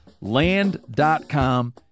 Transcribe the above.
Land.com